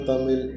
Tamil